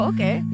Okay